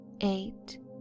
Eight